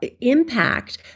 impact